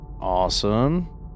Awesome